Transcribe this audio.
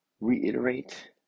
reiterate